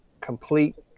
complete